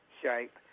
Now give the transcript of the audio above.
shape